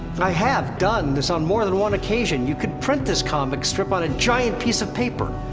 and i have done this, on more than one occasion. you could print this comic strip on a giant piece of paper.